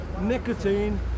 nicotine